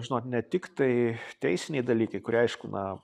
žinot ne tiktai teisiniai dalykai kurie aišku na